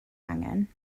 angen